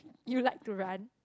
you like to run